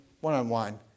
one-on-one